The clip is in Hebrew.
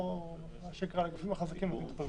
פה גופים עם פריבילגיה.